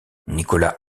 nicolas